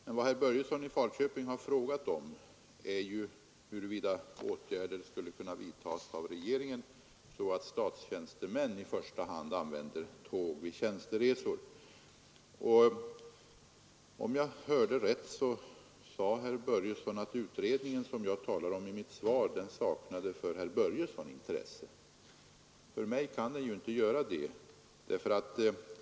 Men vad herr Börjesson i Falköping har frågat om är huruvida åtgärder skulle kunna vidtas av regeringen så att statstjänstemän i första hand använder tåg vid tjänsteresor. Om jag hörde rätt, sade herr Börjesson att den utredning som jag talade om i mitt svar saknade — för herr Börjesson — intresse. För mig kan den ju inte göra det.